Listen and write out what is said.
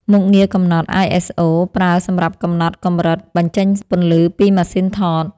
មុខងារកំណត់ អាយ អេស អូ ប្រើសម្រាប់កំណត់កម្រិត បញ្ចេញពន្លឺពីម៉ាស៊ីនថត។